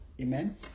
Amen